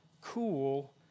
cool